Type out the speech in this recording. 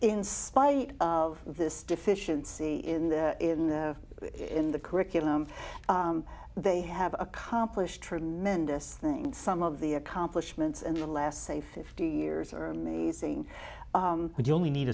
spite of this deficiency in the in the in the curriculum they have accomplished tremendous things some of the accomplishments in the last say fifty years are amazing but you only need